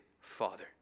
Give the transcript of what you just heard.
Father